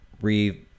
re